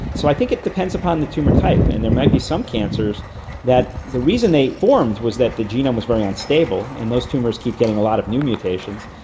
so i think it depends upon the tumour type, and there might be some cancers that the reason they formed was that the genome was very unstable, and those tumours keep getting a lot of new mutations.